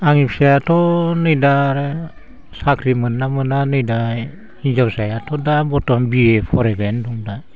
आंनि फिसायाथ' नै दा साख्रि मोनो ना मोना नै दा हिनजावसायाथ' दा बर्थमान बिए फरायबायानो दं दा